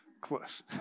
close